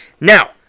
Now